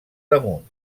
damunt